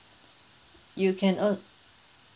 you can uh